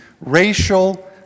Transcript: racial